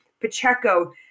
Pacheco